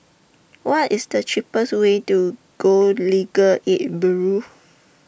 What IS The cheapest Way to Go Legal Aid Bureau